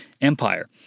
empire